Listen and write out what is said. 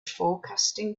forecasting